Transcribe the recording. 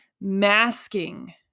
masking